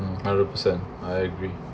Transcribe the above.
hundred percent I agree